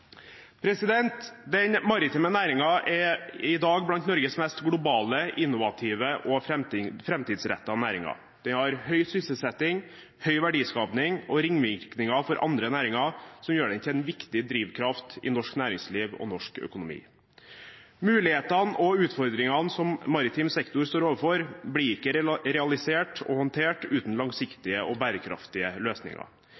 Den maritime næringen er i dag blant Norges mest globale, innovative og framtidsrettede næringer. Den har høy sysselsetting, høy verdiskaping og ringvirkninger for andre næringer som gjør den til en viktig drivkraft i norsk næringsliv og norsk økonomi. Mulighetene og utfordringene som maritim sektor står overfor, blir ikke realisert og håndtert uten